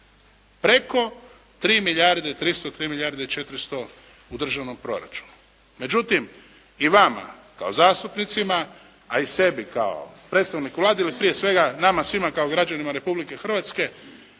Preko 3 milijarde i 300, 3 milijarde i 400 u državnom proračunu. Međutim, i vama kao zastupnicima, a i sebi kao predstavnik Vlade ili prije svega nama svima kao građanima Republike Hrvatske